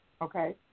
Okay